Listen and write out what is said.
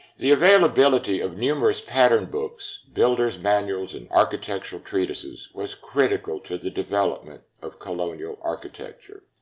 the availability of numerous pattern books, builders' manuals, and architectural treatises was critical to the development of colonial architecture.